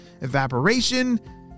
evaporation